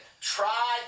Try